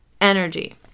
energy